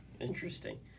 Interesting